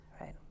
right